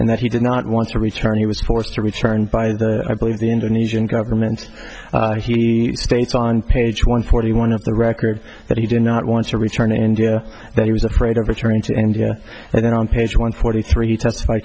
and that he did not want to return he was forced to return by the i believe the indonesian government and he states on page one forty one of the record that he did not want to return to india that he was afraid of returning to india and then on page one forty three testify